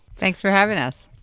thanks for having us.